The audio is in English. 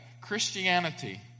Christianity